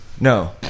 No